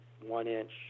one-inch